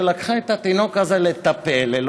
לקחה את התינוק לטפל בו,